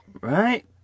Right